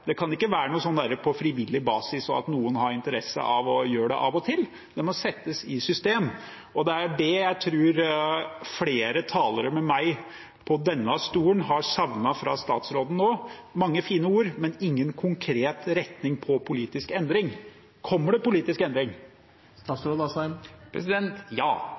Det kan ikke være på frivillig basis, og at noen har interesse av å gjøre det av og til. Det må settes i system. Det er det jeg, og jeg tror flere talere med meg på denne talerstolen, har savnet fra statsråden nå. Det er mange fine ord, men ingen konkret retning med tanke på politisk endring. Kommer det politisk endring?